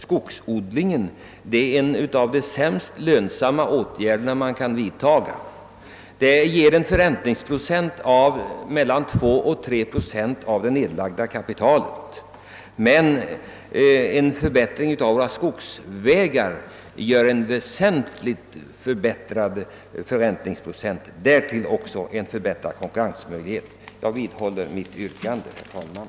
Skogsodling är dessutom en av de sämst lönsamma åtgärder som man kan ge sig in på. Förräntningen är här inte större än mellan 2 och 3 procent på det nedlagda kapitalet. En förbättring av våra skogsvägar medför däremot en väsentligt höjd förräntningsprocent och därtill också en förbättrad konkurrensförmåga. Jag vidhåller mitt yrkande, herr talman!